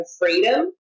freedom